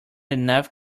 enough